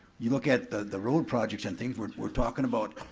you look at the the road projects and things, we're we're talking about,